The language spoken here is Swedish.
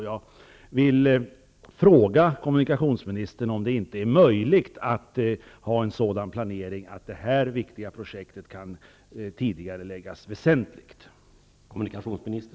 Jag vill fråga kommunikationsministern om det inte är möjligt att ha en sådan planering att det här viktiga projektet väsentligt kan tidigareläggas.